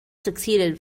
succeeded